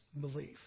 belief